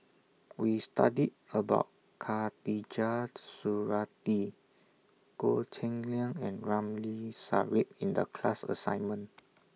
We studied about Khatijah Surattee Goh Cheng Liang and Ramli Sarip in The class assignment